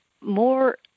more